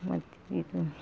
ಮತ್ತಿದು